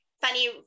funny